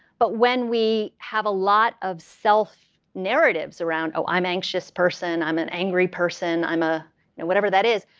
but when we have a lot of self-narratives around, oh, i'm anxious person, i'm an angry person, i'm a whatever that is,